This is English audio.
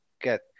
get